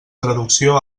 traducció